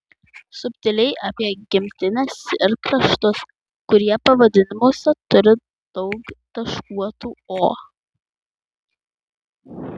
subtiliai apie gimtines ir kraštus kurie pavadinimuose turi daug taškuotų o